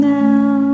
now